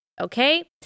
Okay